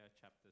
chapter